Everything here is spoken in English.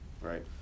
right